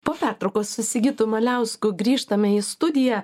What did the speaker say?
po pertraukos su sigitu maliausku grįžtame į studiją